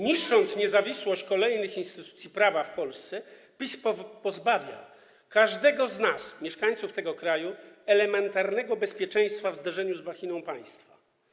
Niszcząc niezawisłość kolejnych instytucji prawa w Polsce, PiS pozbawia każdego z nas, mieszkańców tego kraju, elementarnego bezpieczeństwa w zderzeniu z machiną państwa.